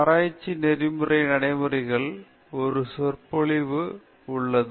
ஆராய்ச்சி நெறிமுறை நடைமுறைகள் ஒரு சொற்பொழிவு உள்ளது